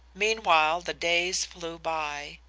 meanwhile the days flew by.